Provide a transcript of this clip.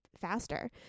faster